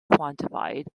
quantified